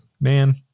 man